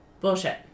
Bullshit